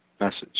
message